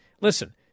listen